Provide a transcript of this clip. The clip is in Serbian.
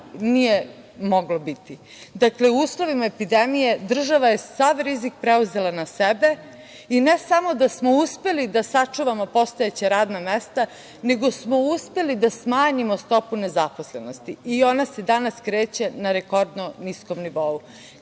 nije moglo biti. Dakle, u uslovima epidemije država je sav rizik preuzela na sebe i ne samo da smo uspeli da sačuvamo postojeća radna mesta, nego smo uspeli da smanjimo stopu nezaposlenosti i ona se danas kreće na rekordno niskom nivou. Kada